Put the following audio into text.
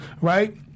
right